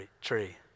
tree